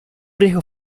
riesgo